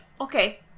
okay